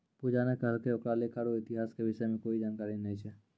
पूजा ने कहलकै ओकरा लेखा रो इतिहास के विषय म कोई जानकारी नय छै